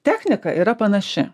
technika yra panaši